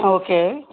okay